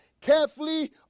carefully